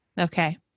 okay